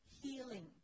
healing